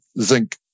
zinc